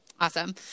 Awesome